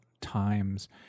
times